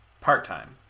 part-time